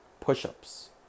push-ups